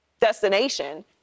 destination